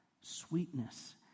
sweetness